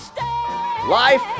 Life